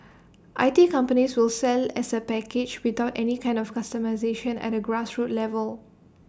I T companies will sell as A package without any kind of customisation at A grassroots level